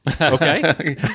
Okay